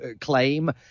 claim